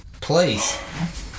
Please